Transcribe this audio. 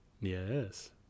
Yes